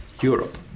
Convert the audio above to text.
Europe